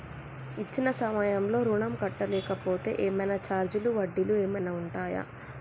ఇచ్చిన సమయంలో ఋణం కట్టలేకపోతే ఏమైనా ఛార్జీలు వడ్డీలు ఏమైనా ఉంటయా?